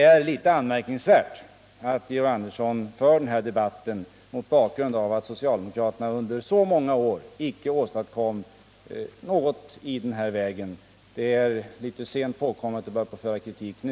Jag vill än en gång säga att det mot bakgrund av att socialdemokraterna under så många år inte åstadkom någonting i denna väg är litet anmärkningsvärt att Georg Andersson för denna debatt. Det är litet sent påkommet att nu börja kritisera.